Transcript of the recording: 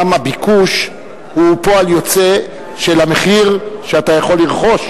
גם הביקוש הוא פועל יוצא של המחיר שאתה יכול לרכוש.